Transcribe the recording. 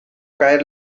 caer